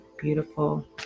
Beautiful